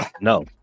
No